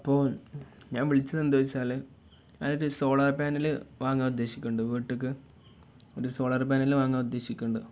അപ്പോൾ ഞാൻ വിളിച്ചത് എന്താണെന്ന് വെച്ചാൽ ഞാൻ ഒരു സോളാർ പാനല് വാങ്ങാൻ ഉദ്ദേശിക്കുന്നുണ്ട് വീട്ടിലേക്ക് ഒരു സോളാർ പാനല് വാങ്ങാൻ ഉദ്ദേശിക്കുന്നുണ്ട്